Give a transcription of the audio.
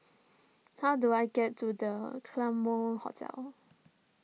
how do I get to the Claremont Hotel